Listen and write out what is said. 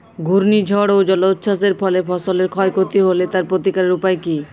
ঘূর্ণিঝড় ও জলোচ্ছ্বাস এর ফলে ফসলের ক্ষয় ক্ষতি হলে তার প্রতিকারের উপায় কী?